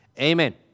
Amen